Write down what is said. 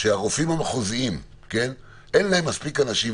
שלרופאים המחוזיים אין מספיק אנשים,